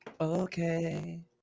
Okay